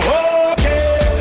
okay